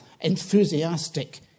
enthusiastic